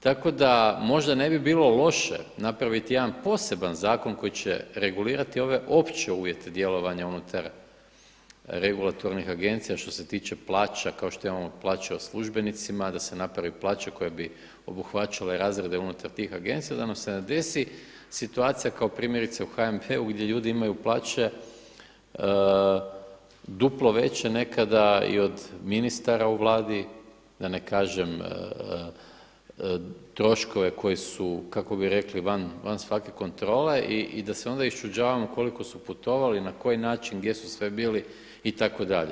Tako da možda ne bi bilo loše napraviti jedan poseban zakon koji će regulirati ove opće uvjete djelovanja unutar regulatornih agencija što se tiče plaća, kao što imamo plaće o službenicima da se naprave plaće koje bi obuhvaćale razrede unutar tih agencija, da nam se ne desi situacija kao primjerice u HNB-u gdje ljudi imaju plaće duplo veće nekada i od ministara u Vladi, da ne kažem troškove koji su kako bi rekli van svake kontrole i da se onda iščuđavamo koliko su putovali i na koji način, gdje su sve bili itd.